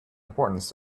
importance